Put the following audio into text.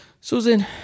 Susan